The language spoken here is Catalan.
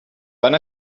van